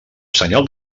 senyal